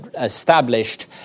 established